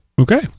Okay